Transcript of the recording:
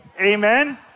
Amen